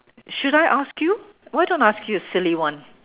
should I ask you why don't I ask you a silly one